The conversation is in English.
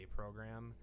program